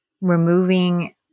removing